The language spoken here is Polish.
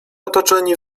otoczeni